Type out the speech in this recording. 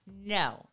no